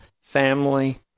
family